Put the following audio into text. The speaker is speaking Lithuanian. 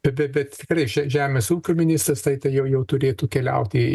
be be bet tikrai že žemės ūkio ministras tai tai jau jau turėtų keliauti į